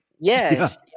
Yes